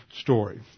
story